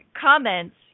comments